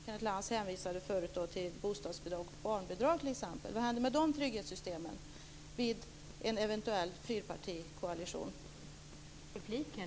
Kenneth Lantz hänvisade förut till t.ex. bostadsbidrag och barnbidrag. Vad händer med de trygghetssystemen vid en eventuell fyrpartikoalition?